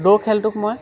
দৌৰ খেলটোক মই